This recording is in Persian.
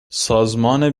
سازمان